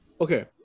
Okay